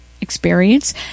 experience